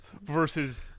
versus